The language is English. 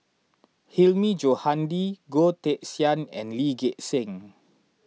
Hilmi Johandi Goh Teck Sian and Lee Gek Seng